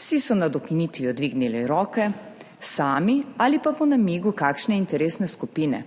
vsi so nad ukinitvijo dvignili roke sami ali pa po namigu kakšne interesne skupine,